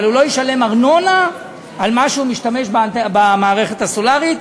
אבל הוא לא ישלם ארנונה על מה שהוא משתמש למערכת הסולרית,